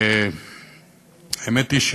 האמת היא,